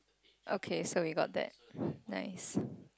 okay so we got that nice